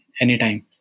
anytime